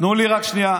תנו לי רק שנייה.